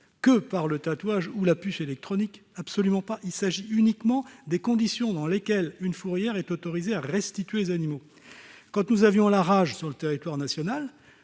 que par le tatouage ou la puce électronique. Absolument pas ! Il s'agit uniquement des conditions dans lesquelles une fourrière est autorisée à restituer les animaux. Quand la rage sévissait sur le territoire national,